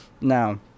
Now